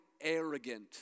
arrogant